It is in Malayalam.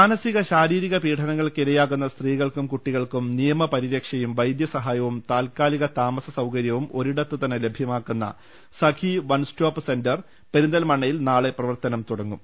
മാനസിക ശാരീരിക പീഢനങ്ങൾക്ക് ഇരയാകുന്ന സ്ത്രീകൾക്കും കുട്ടി കൾക്കും നിയമ പരിരക്ഷയും വൈദ്യ സഹായവും താൽക്കാലിക താമസ സൌകര്യവും ഒരിടത്ത് തന്നെ ലഭ്യമാക്കുന്ന സഖി വൺ സ്റ്റോപ് സെന്റർ പെരിന്തൽമണ്ണയിൽ നാളെ പ്രവർത്തനം തുടങ്ങും